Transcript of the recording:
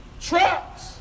trucks